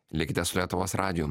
likite su lietuvos radiju